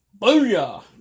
Booyah